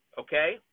Okay